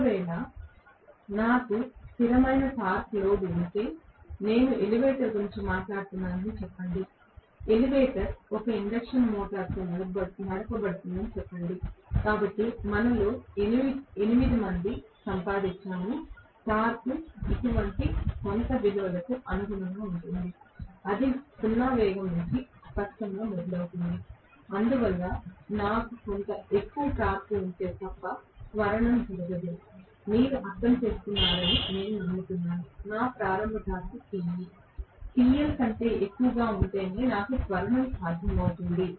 ఒకవేళ నాకు స్థిరమైన టార్క్ లోడ్ ఉంటే నేను ఎలివేటర్ గురించి మాట్లాడుతున్నానని చెప్పండి ఎలివేటర్ ఒక ఇండక్షన్ మోటారుతో నడుపబడుతుందని చెప్పండి కాబట్టి మనలో 8 మంది సంపాదించాము టార్క్ ఇటువంటి కొంత విలువకు అనుగుణంగా ఉంటుంది అది 0 వేగం నుండి స్పష్టంగా మొదలవుతోంది అందువల్ల నాకు కొంత ఎక్కువ టార్క్ ఉంటే తప్ప త్వరణం జరగదు మీరు అర్థం చేసుకున్నారని నేను నమ్ముతున్నాను నా ప్రారంభ టార్క్ Te TL కంటే ఎక్కువగా ఉంటేనే నాకు త్వరణం సాధ్యమవుతుంది